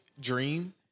dream